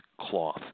cloth